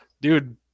Dude